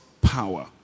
power